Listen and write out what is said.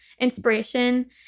inspiration